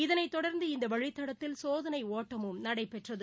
இதனைத் தொடர்ந்து இந்த வழித்தடத்தில் சோதனை ஒட்டமும் நடைபெற்றது